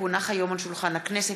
כי הונחו היום על שולחן הכנסת,